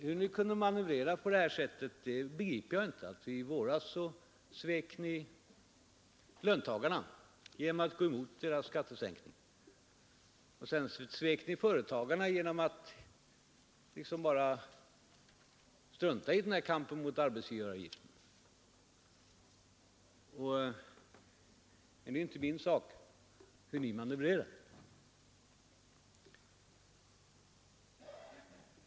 Hur ni kunde manövrera på det sättet begriper jag inte — i våras svek ni löntagarna genom att gå emot en skattesänkning för dem, och sedan svek ni företagarna genom att liksom bara strunta i kampen mot arbetsgivaravgiften — men det är ju inte min sak hur ni manövrerar.